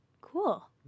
cool